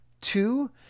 two